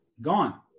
Gone